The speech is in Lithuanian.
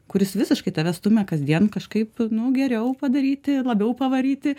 kuris visiškai tave stumia kasdien kažkaip nu geriau padaryti labiau pavaryti